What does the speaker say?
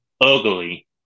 ugly